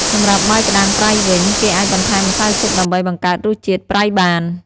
សម្រាប់បាយក្តាំងប្រៃវិញ គេអាចបន្ថែមម្សៅស៊ុបដើម្បីបង្កើតរសជាតិប្រៃបាន។